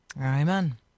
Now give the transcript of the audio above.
Amen